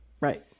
Right